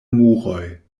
muroj